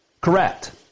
Correct